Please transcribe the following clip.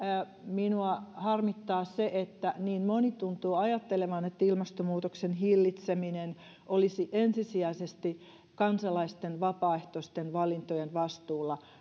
minua harmittaa se että niin moni tuntuu ajattelevan että ilmastonmuutoksen hillitseminen olisi ensisijaisesti kansalaisten vapaaehtoisten valintojen vastuulla